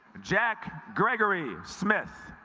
jack gregory smith